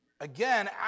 again